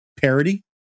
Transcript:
parody